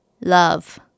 love